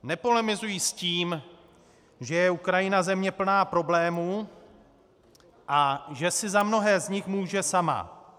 Nepolemizuji s tím, že je Ukrajina země plná problémů a že si za mnohé z nich může sama.